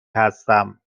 هستم